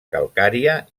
calcària